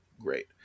Great